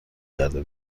کرده